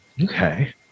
Okay